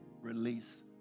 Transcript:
release